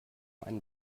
einen